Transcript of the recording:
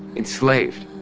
enslaved,